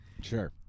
Sure